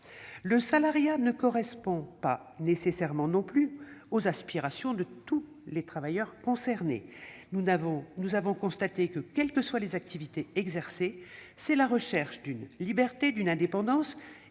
Le salariat ne correspond pas nécessairement non plus aux aspirations de tous les travailleurs concernés. Nous avons constaté que, quelles que soient les activités exercées, c'est la recherche d'une liberté, d'une indépendance